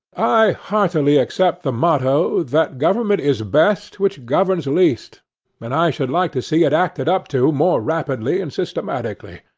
i heartily accept the motto, that government is best which governs least and i should like to see it acted up to more rapidly and systematically.